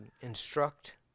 instruct